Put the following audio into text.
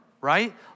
right